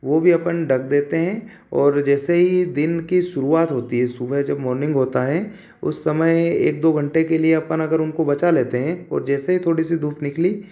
वो भी अपन ढक देते हैं और जैसे ही दिन की शुरुआत होती है सुबह जब मोर्निंग होता हैं उस समय एक दो घंटे के लिए अपन अगर उनको बचा लेते हैं और जैसे ही थोड़ी सी धूप निकली